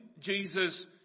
Jesus